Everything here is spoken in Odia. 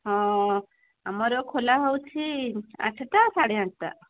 ହଁ ଆମର ଖୋଲା ହେଉଛି ଆଠଟା ସାଢ଼େ ଆଠଟା